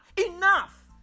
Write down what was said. Enough